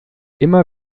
immer